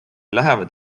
lähevad